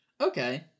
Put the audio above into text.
Okay